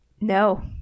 No